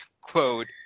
quote